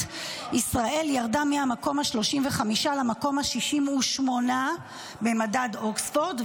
ישראל ירדה מהמקום ה-35 למקום ה-68 במדד אוקספורד,